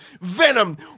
venom